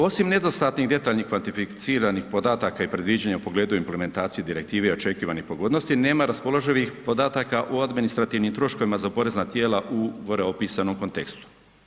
Osim nedostatnih detaljnih kvantificiranih podataka i predviđanja u pogledu implementacije direktive očekivanih pogodnosti, nema raspoloživih podataka o administrativnim troškovima za porezna tijela u gore opisanom kontekstu.